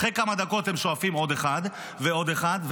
אחרי כמה דקות הם שואפים עוד אחד ועוד אחד,